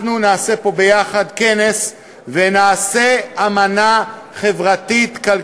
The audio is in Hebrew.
אנחנו נעשה פה ביחד כנס ונעשה אמנה חברתית-כלכלית